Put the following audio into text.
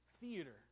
theater